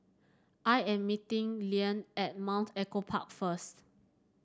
I am meeting Liane at Mount Echo Park first